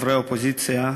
חברי האופוזיציה,